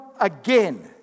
again